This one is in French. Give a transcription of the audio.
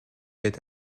est